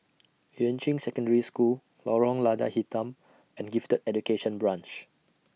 Yuan Ching Secondary School Lorong Lada Hitam and Gifted Education Branch